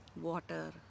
water